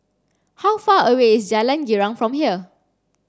how far away is Jalan Girang from here